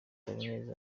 habineza